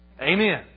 Amen